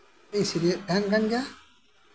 ᱥᱮᱨᱮᱧᱮᱜ ᱛᱟᱸᱦᱮᱱ ᱜᱮᱭᱟ